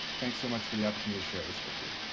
thanks so much for the opportunity to share this with you.